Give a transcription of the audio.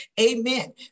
Amen